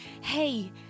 hey